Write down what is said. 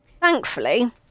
Thankfully